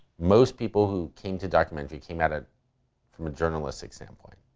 most people who came to documentary, came at it from a journalistic standpoint.